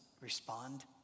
respond